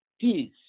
Peace